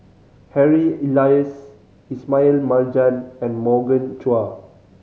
Harry Elias Ismail Marjan and Morgan Chua